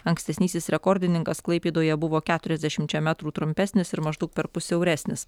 ankstesnysis rekordininkas klaipėdoje buvo keturiasdešimčia metrų trumpesnis ir maždaug perpus siauresnis